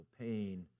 pain